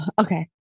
Okay